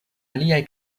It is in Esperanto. aliaj